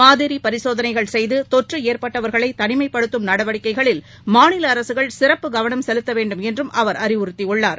மாதிரி பரிசோதளைகள் செய்து தொற்று ஏற்பட்டவர்களை தனிமைப்படுத்தும் நடவடிக்கைகளில் மாநில அரசுகள் சிறப்பு கவனம் செலுத்த வேண்டுமென்றும் அவர் அறிவுறுத்தியுள்ளார்